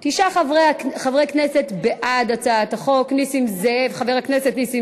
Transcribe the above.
יכולה להגיד על ההצעה הזאת שהיא מאוד חברתית.